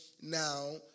now